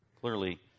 clearly